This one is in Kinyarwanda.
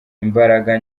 imbaraga